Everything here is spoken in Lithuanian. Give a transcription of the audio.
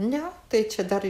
ne tai čia dar